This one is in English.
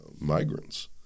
migrants